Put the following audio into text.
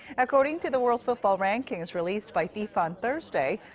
according to the world football rankings released by fifa on thursday,